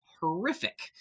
horrific